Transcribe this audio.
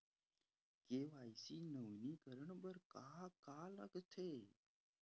KYC नवीनीकरण बर का का लगथे?